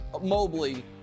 Mobley